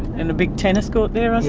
and a big tennis court there i